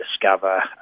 discover